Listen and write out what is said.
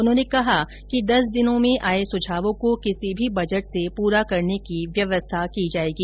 उन्होंने कहा कि दस दिनों में आए सुझावों को किसी भी बजट से पूरा करने की व्यवस्था की जाएगी